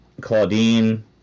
claudine